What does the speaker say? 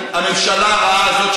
הממשלה הרעה הזאת,